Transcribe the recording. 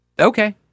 Okay